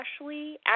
Ashley